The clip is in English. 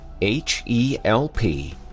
h-e-l-p